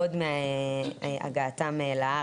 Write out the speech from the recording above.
עוד מהגעתם לארץ.